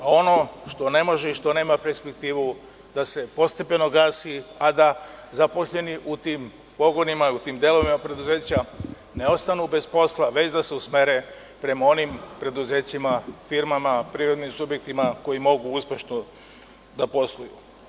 Ono što ne može i što nema perspektivu da se postepeno gasi, a da zaposleni u tim pogonima, u tim delovima preduzeća ne ostanu bez posla, već da se usmere prema onim preduzećima, firmama, privrednim subjektima koju mogu uspešno da posluju.